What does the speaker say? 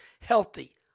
Healthy